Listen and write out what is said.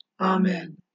Amen